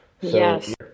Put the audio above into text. Yes